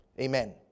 Amen